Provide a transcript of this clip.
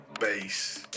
bass